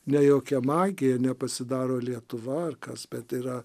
ne jokia magija nepasidaro lietuva ar kas bet yra